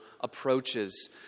approaches